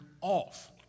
off